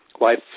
life